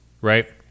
right